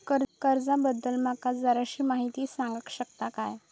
कर्जा बद्दल माका जराशी माहिती सांगा शकता काय?